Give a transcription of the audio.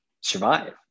survive